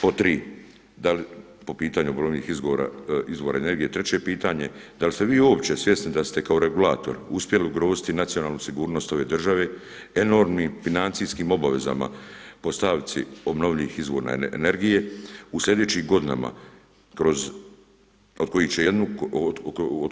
Pod tri, po pitanju obnovljivih izvora energije, treće pitanje, da li ste vi uopće svjesni da ste kao regulator uspjeli ugroziti nacionalnu sigurnost ove države enormnim financijskim obavezama po stavci obnovljivih izvora energije u sljedećim godinama kroz od